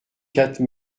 quatre